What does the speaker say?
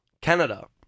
Canada